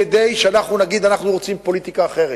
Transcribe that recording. כדי שאנחנו נגיד שאנחנו רוצים פוליטיקה אחרת.